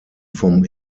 vom